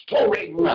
story